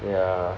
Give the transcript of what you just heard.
yeah